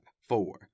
four